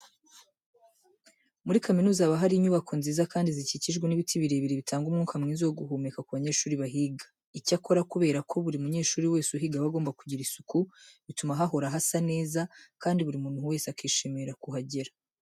Muri kaminuza haba hari inyubako nziza kandi zikikijwe n'ibiti birebire bitanga umwuka mwiza wo guhumeka ku banyeshuri bahiga. Icyakora kubera ko buri munyeshuri wese uhiga aba agomba kugira isuku, bituma hahora hasa neza kandi buri muntu wese akishimira kuhagera.